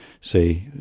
say